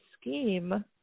scheme